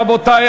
רבותי,